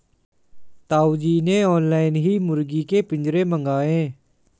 ताऊ जी ने ऑनलाइन ही मुर्गी के पिंजरे मंगाए